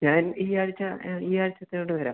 ഞാൻ ഈ ആഴ്ച ഈ ആഴ്ച തൊട്ട് വരാം